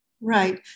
Right